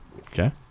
Okay